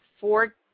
four